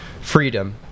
freedom